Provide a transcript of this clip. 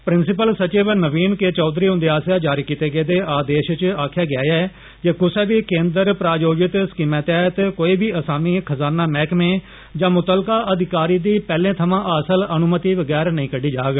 principal सचिव नवीन कुमार चौधरी हुंदे आस्सेआ जारी कीते गेदे आदेश च आक्खेआ गेआ ऐ जे कुसै बी केंद्र प्रायोजित स्कीम तैहत कोई बी असामी खजाना मैहकमे जा मुतलका अधिकारी दी पहले थवा अनुमति वगैर नेई कड्डी जाग